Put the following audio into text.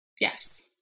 Yes